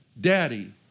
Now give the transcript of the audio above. Daddy